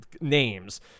names